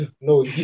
No